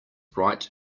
right